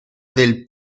del